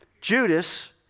Judas